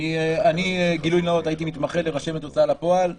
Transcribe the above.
הייתי מתמחה של רשמת הוצאה לפועל ברמלה,